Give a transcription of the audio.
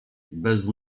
bez